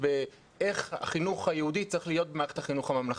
באיך החינוך היהודי צריך להיות במערכת החינוך הממלכתית.